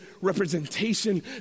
representation